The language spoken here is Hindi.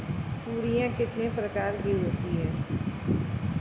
तोरियां कितने प्रकार की होती हैं?